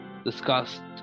discussed